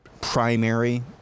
primary